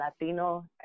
Latino